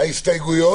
ההסתייגות